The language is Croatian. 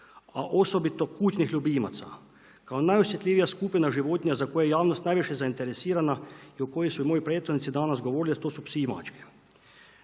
A osobito kućnih ljubimaca. Kao najosjetljivija skupina životinja za koju je javnost najviše zainteresirana i o kojoj su moji prethodnici danas govorili, a to su psi i mačke.